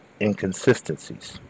inconsistencies